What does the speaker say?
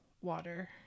water